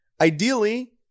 Ideally